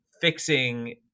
fixing